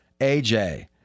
AJ